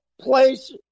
place